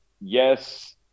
yes